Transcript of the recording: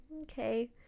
Okay